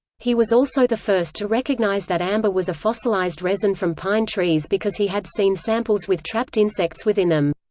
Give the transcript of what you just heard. he was also the first to recognise that amber was a fossilized resin from pine trees because he had seen samples with trapped insects within them.